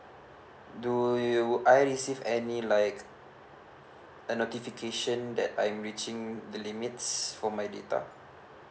do will I receive any like a notification that I'm reaching the limits for my data